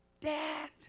Dad